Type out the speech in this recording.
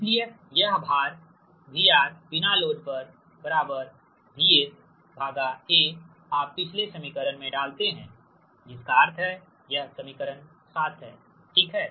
इसलिए यह भार VRNL VSA आप पिछले समीकरण में डालते हैं जिसका अर्थ है यह समीकरण 7 है ठीक है